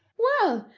well,